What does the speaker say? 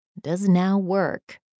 does-now-work